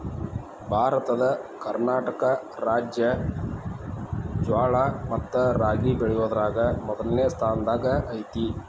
ಭಾರತದ ಕರ್ನಾಟಕ ರಾಜ್ಯ ಜ್ವಾಳ ಮತ್ತ ರಾಗಿ ಬೆಳಿಯೋದ್ರಾಗ ಮೊದ್ಲನೇ ಸ್ಥಾನದಾಗ ಐತಿ